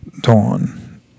Dawn